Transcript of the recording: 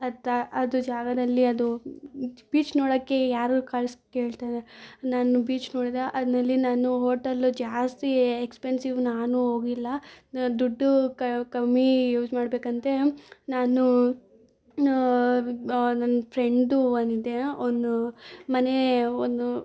ಅತ್ತ ಅದು ಜಾಗದಲ್ಲಿ ಅದು ಬೀಚ್ ನೋಡಕ್ಕೆ ಯಾರು ಕಳ್ಸ್ ಕೇಳ್ತಾ ಇದೆ ನಾನು ಬೀಚ್ ನೋಡಿದೆ ಅದ್ರಲ್ಲಿ ನಾನು ಹೋಟಲು ಜಾಸ್ತಿ ಎಕ್ಸ್ಪೆನ್ಸಿವ್ ನಾನು ಹೋಗಿಲ್ಲ ದುಡ್ಡು ಕ ಕಮ್ಮಿ ಯೂಸ್ ಮಾಡ್ಬೇಕಂತ ನಾನು ನನ್ನ ಫ್ರೆಂಡ್ದು ಒಂದಿದೆ ಅವನು ಮನೆ ಒನ್